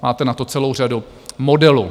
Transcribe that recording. Máte na to celou řadu modelů.